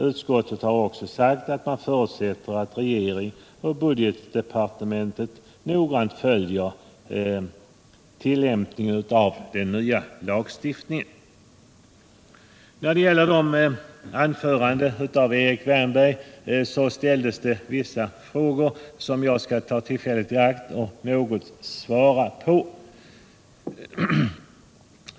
Utskottet har också uttalat att det förutsätter att regeringen och budgetdepartementet noggrant följer tillämpningen av den nya lagstiftningen. Erik Wärnberg ställde i sitt anförande vissa frågor som jag skall ta tillfället i akt att svara på.